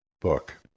book